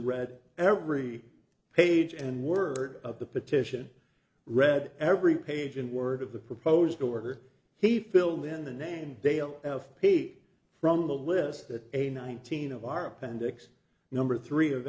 read every page and word of the petition read every page in word of the proposed order he filled in the name dale f p from the list that a nineteen of our appendix number three of